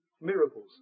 miracles